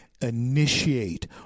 initiate